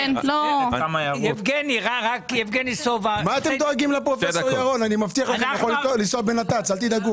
אבל אני מאחל לך